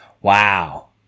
wow